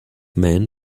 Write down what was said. men